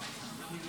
(תיקון,